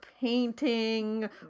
painting